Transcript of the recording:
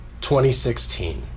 2016